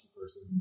person